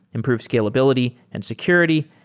improve scalability and security,